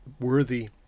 worthy